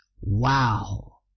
Wow